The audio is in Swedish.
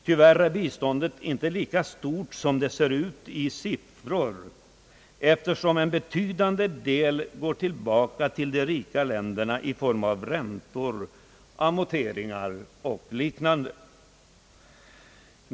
Tyvärr är biståndet inte lika stort som det ser ut att vara av siffrorna att döma, eftersom en betydande del går tillbaka till de rika länderna i form av räntor, amorteringar och liknande.